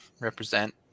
represent